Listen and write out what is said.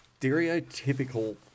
stereotypical